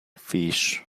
fish